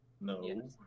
No